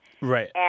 Right